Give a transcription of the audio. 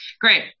Great